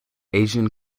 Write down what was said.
asian